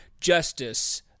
justice